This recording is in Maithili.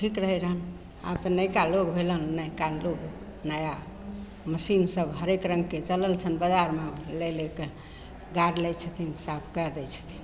ठीक रहय रहनि आब तऽ नइका लोग भेलनि नइका लोग नया मशीन सब हरेक रङ्गके चलल छनि बजारमे लै लै कऽ गार लै छथिन साफ कए दै छथिन